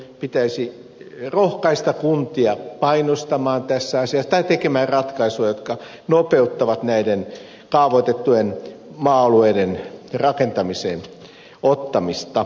pitäisi rohkaista kuntia painostamaan tässä asiassa tai tekemään ratkaisuja jotka nopeuttavat näiden kaavoitettujen maa alueiden rakentamiseen ottamista